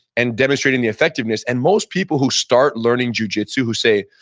and demonstrating the effectiveness and most people who start learning jujitsu, who say,